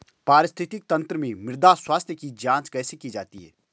पारिस्थितिकी तंत्र में मृदा स्वास्थ्य की जांच कैसे की जाती है?